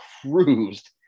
cruised